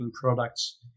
products